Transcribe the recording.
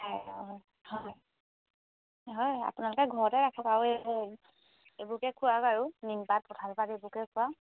হয় অঁ হয় আপোনালোকে ঘৰতে ৰাখক আৰু এইবোকে খুৱাওক আৰু নিমপাত কঠালপাত এইবোৰকে খুৱাওঁ